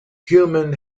human